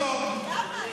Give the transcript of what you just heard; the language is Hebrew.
בושה וחרפה.